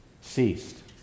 ceased